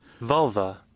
vulva